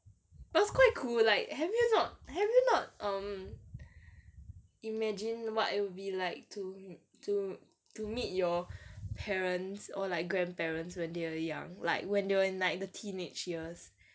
but it's quite cool like have you not have you not um imagine what it'll be like to to to meet your parents or like grandparents when they were young like when they were in like the teenage years